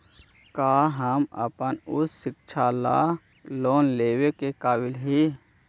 का हम अपन उच्च शिक्षा ला लोन लेवे के काबिल ही?